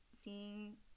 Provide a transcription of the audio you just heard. seeing